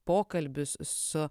pokalbis su